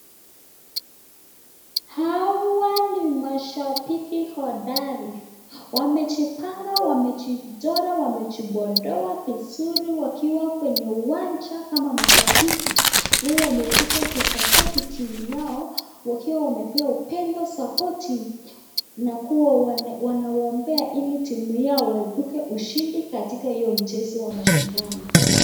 Hawa ni mashabiki hodari wamejipanga, wamejichora, wamejipodoa vizuri wakiwa kwenye uwanja kama mashabiki. Wamekuja kusapoti timu yao wakiwa wamepea upendo sapoti na kuwa wanawaobea ili timu yao waepuke ushindi katika hiyo mchezo wa mashindano.